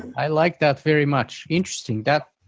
i like that very much. interesting. that,